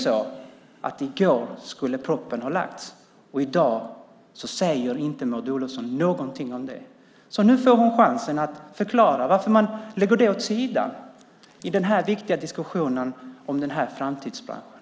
I går skulle ju propositionen ha lagts fram, och i dag säger Maud Olofsson ingenting om det. Nu får hon chansen att förklara varför man lägger detta åt sidan i den här viktiga diskussionen om denna framtidsbransch.